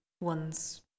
one's